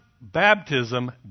baptism